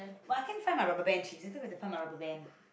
why can't I find my rubber band Jesus where to find my rubber band